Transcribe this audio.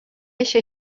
eixe